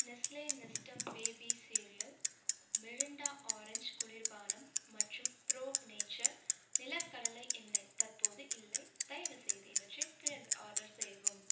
Nestle Nestum baby cereal Mirinda orange குளிர்பானம் மற்றும் pro nature நிலக்கடலை எண்ணெய் தற்போது இல்லை தயவுசெய்து இவற்றை பிறகு ஆர்டர் செய்யவும்